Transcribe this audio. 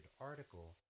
article